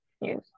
Yes